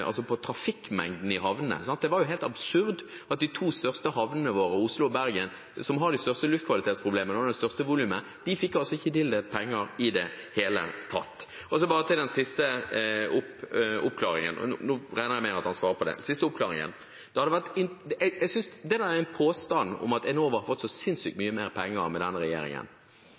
våre, Oslo og Bergen, som har de største luftkvalitetsproblemene og det største volumet, ikke fikk tildelt penger i det hele tatt. Og til den siste oppklaringen – og nå regner jeg med at statsråden svarer på det: Det er en påstand at Enova har fått sinnssykt mye penger med denne regjeringen. Det er slik at da Enova fikk overført oppgaver fra Transnova, ble hele Transnova-støtten kuttet. Budsjettpengene forsvant, tilskuddet som er kommet. Tilsvarende da man overførte oppgavene med